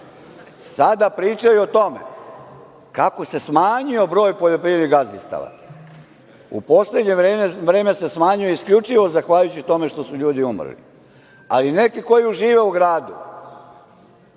sada pričaju o tome kako se smanjio broj poljoprivrednih gazdinstava. U poslednje vreme se smanjuje isključivo zahvaljujući tome što su ljudi umrli. Ali, neki koji žive u gradu,